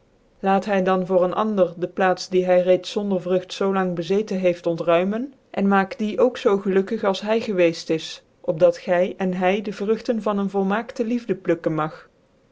laat hy dan voor ccn ander dc plaats die hy reeds zonder vrucht zoo lang bezeten heeft ontruimen cn maakt die ook zoo gelukkig als hy geweeft is op dat gy cn hy dc vruchten van een volmaakte liefde plukken mag